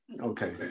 Okay